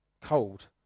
cold